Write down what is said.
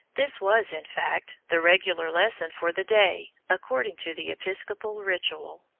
this was, in fact, the regular lesson for the day, according to the episcopal ritual,